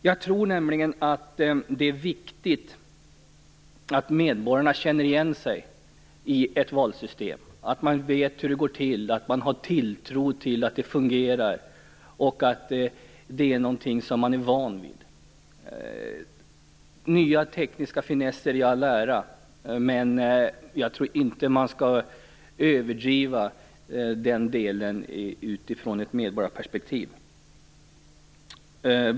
Jag tror nämligen att det är viktigt att man som medborgare känner igen sig i ett valsystem, att man vet hur det går till, att man har tilltro till att det fungerar och att det är någonting som man är van vid. Nya tekniska finesser i all ära, men jag tror inte att man skall överdriva den delen utifrån ett medborgarperspektiv.